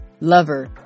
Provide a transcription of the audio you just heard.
lover